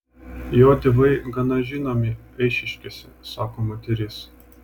jo tėvai gana žinomi eišiškėse sako moteris